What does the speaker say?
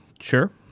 Sure